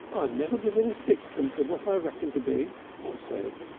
i'm never within sixpence of what i reckon to be, she said.